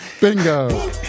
Bingo